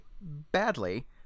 badly